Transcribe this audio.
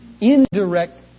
indirect